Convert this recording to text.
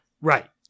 Right